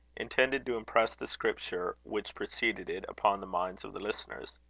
intended to impress the scripture which preceded it upon the minds of the listeners.